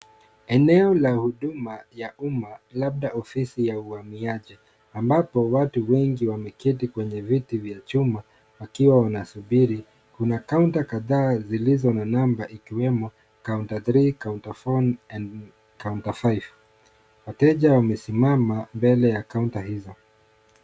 Eneo la huduma ya umma labda Ofisi ya Uhamiaji ambapo watu wengi wameketi kwenye viti vya chuma wakiwa wanasubiri. Kuna kaunta kadhaa zilizo na namba ikiwemo counter 3, counter 4 and counter 5 . Wateja wamesimama mbele ya kaunta hizo.